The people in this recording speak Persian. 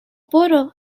برو